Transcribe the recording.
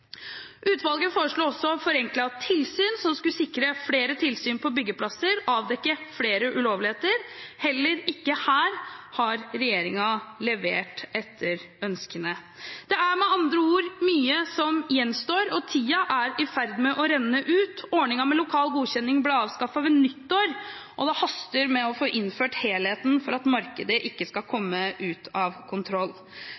Utvalget foreslo også forenklet tilsyn som skulle sikre flere tilsyn på byggeplasser og avdekke flere ulovligheter. Heller ikke her har regjeringen levert etter ønskene. Det er med andre ord mye som gjenstår, og tiden er i ferd med å renne ut. Ordningen med lokal godkjenning ble avskaffet ved nyttår, og det haster med å få innført helheten for at markedet ikke skal